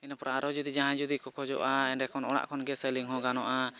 ᱤᱱᱟᱹ ᱯᱚᱨᱮ ᱟᱨᱚ ᱡᱩᱫᱤ ᱡᱟᱦᱟᱸᱭ ᱡᱩᱫᱤ ᱠᱚ ᱠᱷᱚᱡᱚᱜᱼᱟ ᱮᱸᱰᱮᱠᱷᱟᱱ ᱚᱲᱟᱜ ᱠᱷᱚᱱᱜᱮ ᱥᱮᱞᱤᱝ ᱦᱚᱸ ᱜᱟᱱᱚᱜᱼᱟ